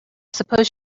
suppose